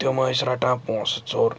تِم ٲسۍ رَٹان پونٛسہٕ ژوٚر